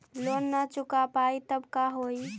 Loan न चुका पाई तब का होई?